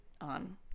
on